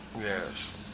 Yes